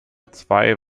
zwei